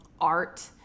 art